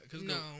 No